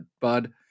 bud